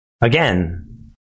again